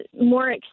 more